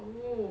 oh